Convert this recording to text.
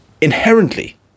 inherently